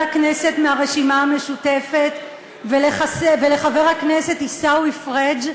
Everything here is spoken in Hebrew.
הכנסת מהרשימה המשותפת ולחבר הכנסת עיסאווי פריג':